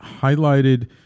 highlighted